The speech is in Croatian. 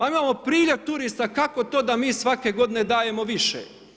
A imamo priljev turista, kako to da mi svake godine dajemo više?